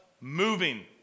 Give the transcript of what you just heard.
moving